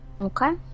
Okay